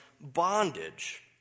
bondage